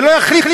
שלא יחליף,